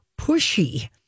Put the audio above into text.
pushy